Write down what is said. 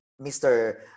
Mr